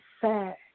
sad